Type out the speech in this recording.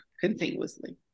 continuously